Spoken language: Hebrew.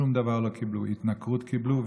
שום דבר לא קיבלו, התנכרות קיבלו.